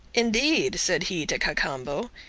indeed, said he to cacambo,